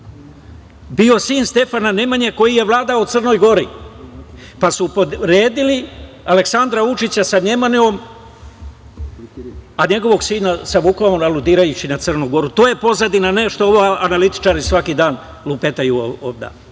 bio sin Stefana Nemanje koji je vladao u Crnoj Gori, pa su poredili Aleksandra Vučića sa Nemanjom, a njegovog sina sa Vukanom, aludirajući na Crnu Goru. To je pozadina, ne što ovo analitičari svaki dan lupetaju ovuda.